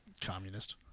Communist